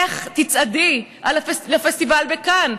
איך תצעדי לפסטיבל בקאן?